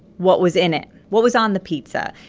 what was in it? what was on the pizza?